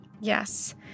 Yes